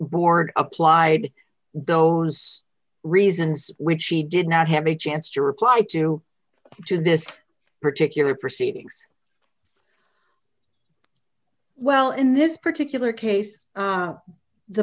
board applied those reasons which he did not have a chance to reply to to this particular proceedings well in this particular case